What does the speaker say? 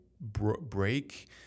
break